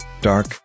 Dark